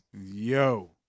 Yo